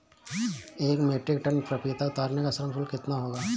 एक metric ton पपीता उतारने का श्रम शुल्क कितना होगा?